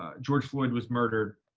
ah george floyd was murdered,